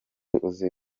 uzi